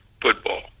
football